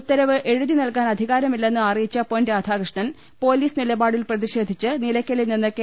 ഉത്തരവ് എഴുതി നൽകാൻ അധികാരമില്ലെന്ന് അറിയിച്ച പൊൻരാധാകൃഷ്ണൻ പൊലീസ് നിലപാടിൽ പ്രതിഷേധിച്ച് നിലയ്ക്കലിൽ നിന്ന് കെ